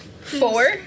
Four